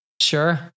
sure